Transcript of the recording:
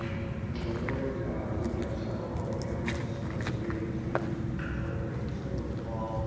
as i noted we have several public comments related to the potential opening of school in the fall.